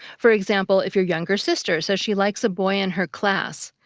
for example, if your younger sister says she likes a boy in her class,